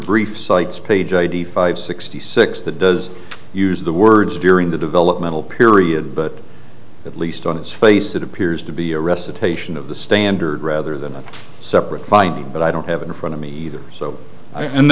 brief cites page id five sixty six that does use the words during the developmental period but at least on its face it appears to be a recitation of the standard rather than a separate finding but i don't have in front of me either so i